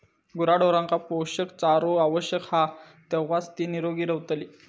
गुराढोरांका पोषक चारो आवश्यक हा तेव्हाच ती निरोगी रवतली